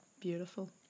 Beautiful